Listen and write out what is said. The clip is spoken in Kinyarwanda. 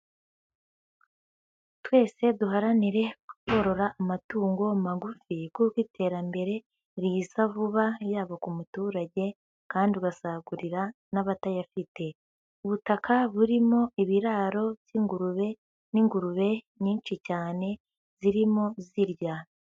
Twese duharanire korora amatungo magufi kuko iterambere riza vuba yabo ku muturage kandi ugasagurira n'abatayafite. Ubutaka burimo ibiraro by'ingurube, n'ingurube nyinshi cyane zirimo zirya.